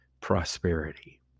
prosperity